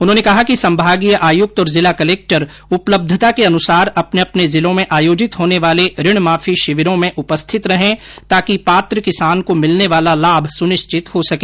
उन्होंने कहा कि संभागीय आयुक्त और जिला कलक्टर उपलब्धता के अनुसार अपने अपने जिलों में आयोजित होने वाले ऋण माफी शिविरों में उपस्थित रहें ताकि पात्र किसान को मिलने वाला लाभ सुनिश्चित हो सके